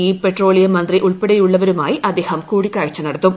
E petroleum മന്ത്രി ഉൾപ്പെടെയുള്ളവരുമായി അദ്ദേഹം കൂടിക്കാഴ്ച നടത്തും